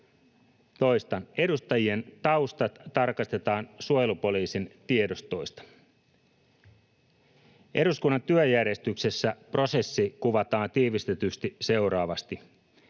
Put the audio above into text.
edustajien taustat tarkastetaan suojelupoliisin tiedostoista. Eduskunnan työjärjestyksessä prosessi kuvataan tiivistetysti seuraavasti: